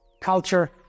Culture